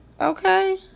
Okay